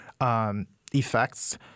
effects